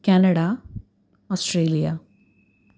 Canada Australia